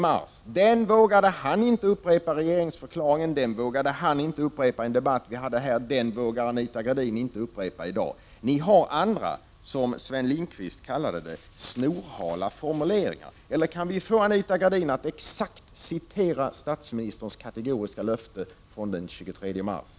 Men den vågade statministern inte upprepa i regeringsförklaringen, den vågade statsministern inte upprepa i en debatt som vi hade här i kammaren och den vågar Anita Gradin inte upprepa i dag. Ni har andra, som Sven Lindqvist uttrycker sig,”snorhala formuleringar”. Kan vi få Anita Gradin att nu här i talarstolen exakt citera statsministerns kategoriska löfte från den 23 mars?